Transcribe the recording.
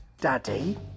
daddy